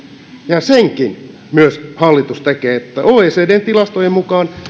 ja myös senkin hallitus tekee oecdn tilastojen mukaan